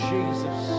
Jesus